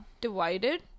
divided